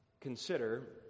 consider